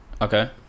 Okay